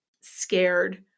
scared